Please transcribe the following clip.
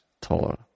taller